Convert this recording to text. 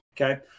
Okay